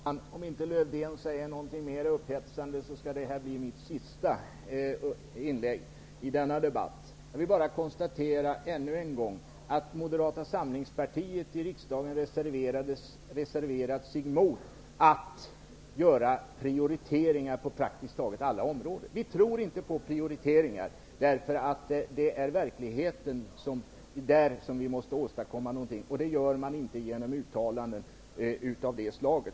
Herr talman! Om inte Lövdén säger ytterligare något upphetsande skall detta bli mitt sista inlägg i denna debatt. Jag vill bara konstatera än en gång att Moderata samlingspartiet i riksdagen reserverat sig mot att det görs prioriteringar på praktiskt taget alla områden. Vi tror inte på sådana prioriteringar. Det är ute i verkligheten som man kan åstadkomma någonting, inte genom att göra uttalanden av detta slag.